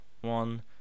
one